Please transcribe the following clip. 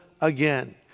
again